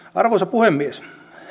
arvoisa puhemies